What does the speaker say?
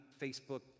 Facebook